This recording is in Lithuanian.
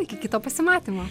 iki kito pasimatymo